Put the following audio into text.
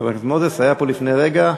חבר הכנסת מוזס היה פה לפני רגע.